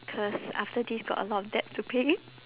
cause after this got a lot of debt to pay